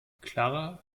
clara